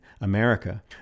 America